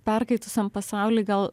perkaitusiam pasauly gal